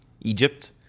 Egypt